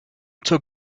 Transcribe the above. took